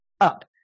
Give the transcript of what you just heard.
up